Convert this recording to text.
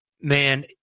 Man